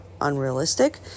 unrealistic